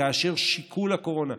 כאשר שיקול הקורונה,